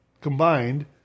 combined